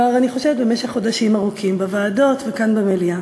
אני חושבת שכבר במשך חודשים ארוכים בוועדות וכאן במליאה.